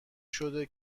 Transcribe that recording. شده